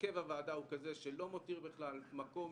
הרכב הוועדה הוא כזה שלא מותיר בכלל מקום